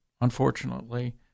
Unfortunately